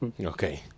Okay